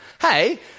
Hey